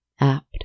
apt